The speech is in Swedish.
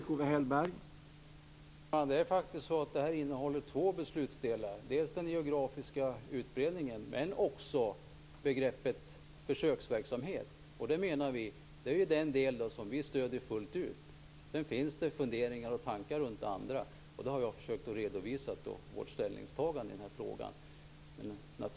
Herr talman! Det är faktiskt så att det här innehåller två beslutsdelar, dels den geografiska utbredningen, dels begreppet försöksverksamhet. Det är den del som vi stöder fullt ut. Sedan finns det funderingar och tankar runt det andra. Jag har försökt att redovisa vårt ställningstagande i den här frågan.